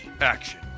Action